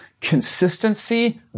consistency